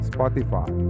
Spotify